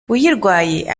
uyirwaye